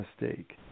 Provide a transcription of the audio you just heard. mistake